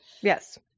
Yes